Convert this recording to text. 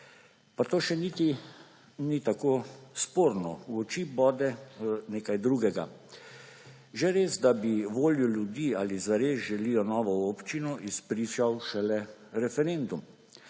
Pa to še niti ni tako sporno. V oči bode nekaj drugega. Že res, da bi voljo ljudi, ali zares želijo novo občino, izpričal šele referendum,